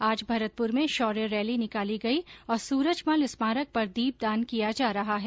आज भरतपुर में शौर्य रैली निकाली गई और सूरजमल स्मारक पर दीपदान किया जा रहा है